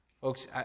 Folks